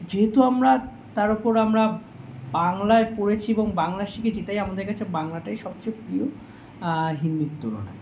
যেহেতু আমরা তার ওপর আমরা বাংলায় পড়েছি এবং বাংলা শিখেছি তাই আমাদের কাছে বাংলাটাই সবচেয়ে প্রিয় হিন্দির তুলনায়